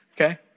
okay